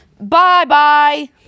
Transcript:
Bye-bye